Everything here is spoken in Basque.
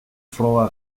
froga